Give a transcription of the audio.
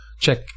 check